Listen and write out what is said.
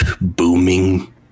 booming